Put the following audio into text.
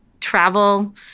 travel